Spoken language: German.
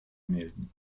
melden